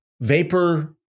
vapor